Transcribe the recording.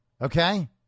okay